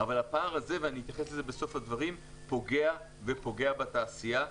אבל הפער הזה פוגע ופוגע בתעשייה.